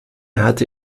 hatte